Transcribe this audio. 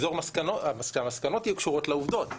שהמסקנות יהיו קשורות לעובדות,